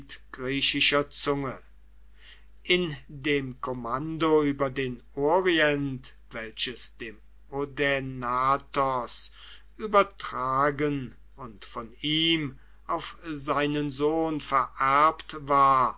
griechischer zunge in dem kommando über den orient welches dem odaenathos übertragen und von ihm auf seinen sohn vererbt war